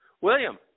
William